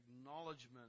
acknowledgement